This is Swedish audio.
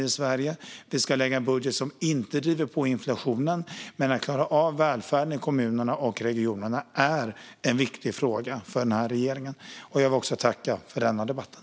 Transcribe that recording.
Vi ska lägga fram en budget som inte driver på inflationen, men att klara av välfärden i kommuner och regioner är en viktig fråga för regeringen. Även jag tackar för debatten.